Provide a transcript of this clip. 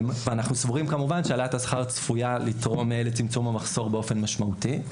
אנחנו סבורים שהעלאת השכר צפויה לתרום לצמצום המחסור באופן משמעותי.